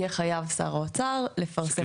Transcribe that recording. יהיה חייב שר האוצר לפרסם.